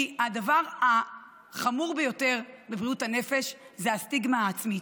כי הדבר החמור ביותר בבריאות הנפש זאת הסטיגמה העצמית,